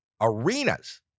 arenas